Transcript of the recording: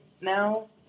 now